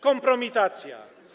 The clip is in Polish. Kompromitacja.